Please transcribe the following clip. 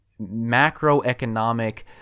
macroeconomic